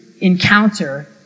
encounter